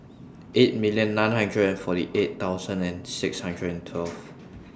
eight million nine hundred and forty eight thousand and six hundred and twelve